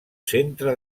centre